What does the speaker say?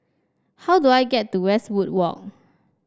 how do I get to Westwood Walk